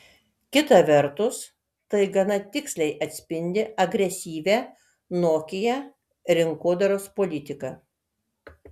kita vertus tai gana tiksliai atspindi agresyvią nokia rinkodaros politiką